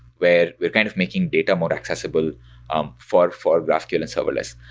where we're kind of making data more accessible um for for graphql and serverless.